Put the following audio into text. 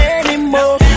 anymore